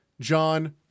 John